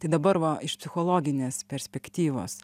tai dabar va iš psichologinės perspektyvos